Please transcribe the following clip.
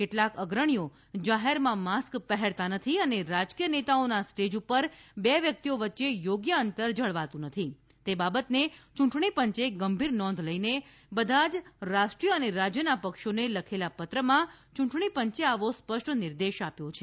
કેટલાંક અગ્રણીઓ જાહેરમાં માસ્ક પહેરતા નથી અને રાજકીય નેતાઓના સ્ટેજ ઉપર બે વ્યક્તિઓ વચ્ચે યોગ્ય અંતર જળવાતું નથી તે બાબતને ચૂંટણી પંચે ગંભીર નોંધ લઈને બધા જ રાષ્ટ્રીય અને રાજ્યના પક્ષોને લખેલા પત્રમાં ચૂંટણી પંચે આવો સ્પષ્ટ નિર્દેશ આપ્યો છે